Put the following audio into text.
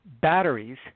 batteries